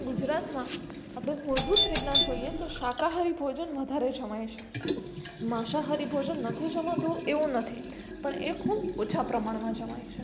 ગુજરાતમાં આપણે મૂળભૂત રીતના જોઈએ તો શાકાહારી ભોજન વધારે જમાય છે માંસાહારી ભોજન નથી જમાતું એવું નથી પણ એ ખૂબ ઓછા પ્રમાણમાં જમાય છે